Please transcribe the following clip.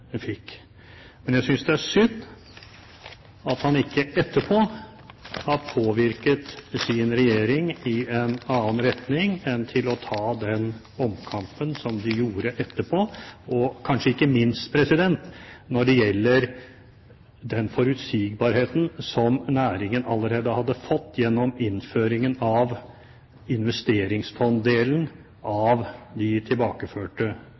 fikk. Men jeg synes det er synd at han ikke etterpå har påvirket sin regjering i en annen retning enn til å ta den omkampen som de gjorde etterpå, kanskje ikke minst når det gjelder den forutsigbarheten som næringen allerede hadde fått gjennom innføringen av investeringsfonddelen av de tilbakeførte